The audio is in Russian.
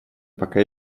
пока